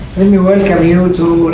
we welcome you to